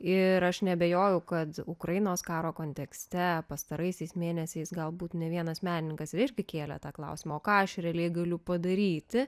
ir aš neabejoju kad ukrainos karo kontekste pastaraisiais mėnesiais galbūt ne vienas menininkas irgi kėlė tą klausimo ką aš realiai galiu padaryti